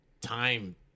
time